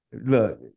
Look